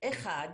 אחת,